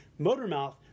Motormouth